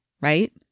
right